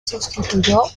sustituyó